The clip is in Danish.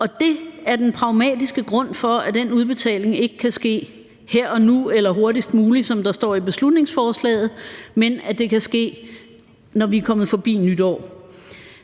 det er den pragmatiske grund til, at den udbetaling ikke kan ske her og nu eller hurtigst muligt, som der står i beslutningsforslaget, men at det kan ske, når vi er kommet forbi nytår.